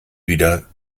wieder